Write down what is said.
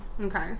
Okay